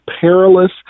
perilous